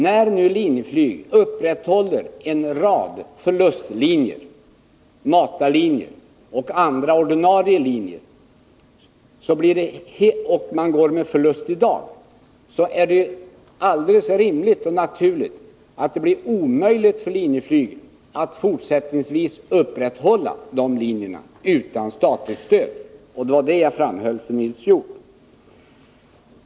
När nu Linjeflyg upprätthåller en rad förlustlinjer — matarlinjer och andra ordinarie linjer — blir det helt omöjligt för Linjeflyg att fortsättningsvis upprätthålla de linjerna utan statligt stöd. Det var det jag framhöll för Nils Hjorth.